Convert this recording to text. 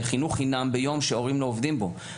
לחינוך חינם ביום שההורים לא עובדים בו.